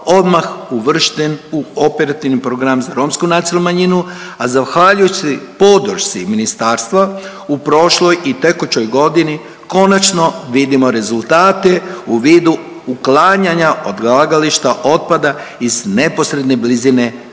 odmah uvršten u operativni program za romsku nacionalu manjinu, a zahvaljujući podršci ministarstva u prošloj i tekućoj godini konačno vidimo rezultate u vidu uklanjanja odlagališta otpada iz neposredne blizine